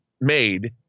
made